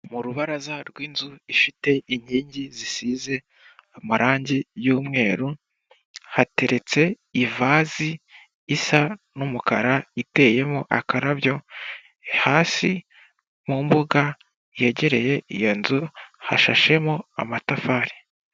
Mu rubaraza rw'inzu ifite inkingi zisize amarangi y'umweru, hateretse ivasi isa n'umukara iteyemo akarabyo hasi mu mbuga hegereye iyo nzu hashashemo amatafari.